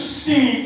see